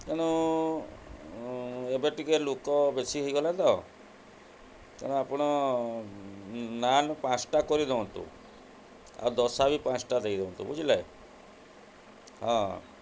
ତେଣୁ ଏବେ ଟିକେ ଲୁକ ବେଶୀ ହେଇଗଲା ତ ତେଣୁ ଆପଣ ନାନ୍ ପାଞ୍ଚଟା କରିଦିଅନ୍ତୁ ଆଉ ଦୋସା ବି ପାଞ୍ଚଟା ଦେଇଦିଅନ୍ତୁ ବୁଝିଲେ ହଁ